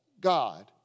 God